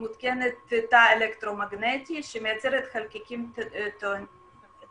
מותקן תא אלקטרו מגנטי שמייצר חלקיקים טעונים,